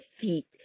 feet